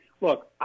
Look